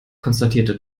konstatierte